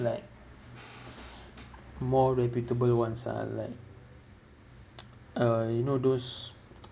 like more reputable ones ah like uh you know those